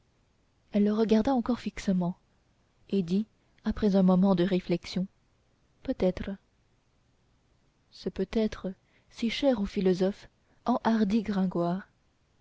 elle le regarda encore fixement et dit après un moment de réflexion peut-être ce peut-être si cher aux philosophes enhardit gringoire